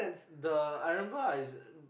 the I remember I